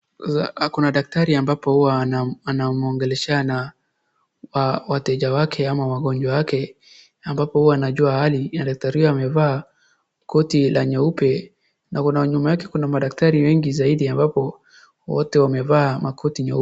Kuna daktari ambapo anamuongeleshana na wateja wake ama wagonjwa wake ambapo huwa anajua hali. Daktari huyo amevaa koti la nyeupe na kuna nyuma yake kuna madaktari wengi zaidi ambapo wote wamevaa makoti nyeupe.